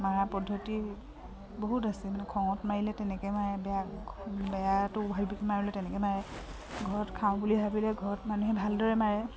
মৰাৰ পদ্ধতি বহুত আছে মানে খঙত মাৰিলে তেনেকৈ মাৰে বেয়া বেয়াটো ভাবি পিনি মাৰিলে তেনেকৈ মাৰে ঘৰত খাওঁ বুলি ভাবিলে ঘৰত মানুহে ভালদৰে মাৰে